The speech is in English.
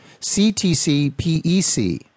CTCPEC